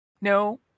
No